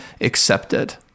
accepted